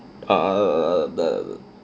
err the